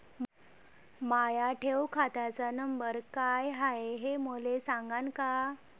माया ठेव खात्याचा नंबर काय हाय हे मले सांगान का?